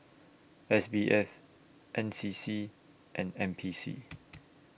S B F N C C and N P C